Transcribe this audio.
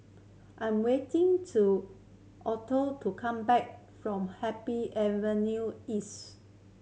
I'm waiting to Alto to come back from Happy Avenue East